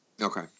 Okay